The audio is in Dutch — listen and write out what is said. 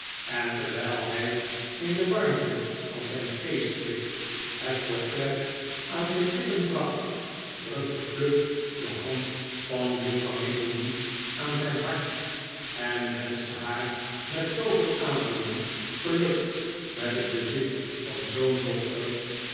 en terwijl hij in de warmte van zijn geestdrift het portret aan zijn lippen bracht drukte pluck de hand van juffrouw nickleby aan zijn hart en wenschte haar met zooveel aandoening geluk met het bezit van zoo'n dochter